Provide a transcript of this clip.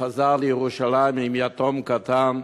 וחזר לירושלים עם יתום קטן,